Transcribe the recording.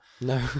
No